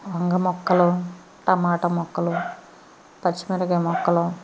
వంగ మొక్కలు టమాటా మొక్కలు పచ్చిమిరపకాయ మొక్కలు